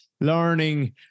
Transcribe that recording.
learning